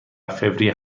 فوریه